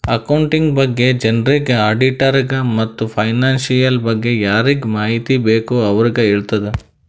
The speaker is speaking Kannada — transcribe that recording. ಅಕೌಂಟಿಂಗ್ ಬಗ್ಗೆ ಜನರಿಗ್, ಆಡಿಟ್ಟರಿಗ ಮತ್ತ್ ಫೈನಾನ್ಸಿಯಲ್ ಬಗ್ಗೆ ಯಾರಿಗ್ ಮಾಹಿತಿ ಬೇಕ್ ಅವ್ರಿಗ ಹೆಳ್ತುದ್